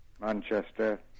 Manchester